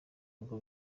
bigo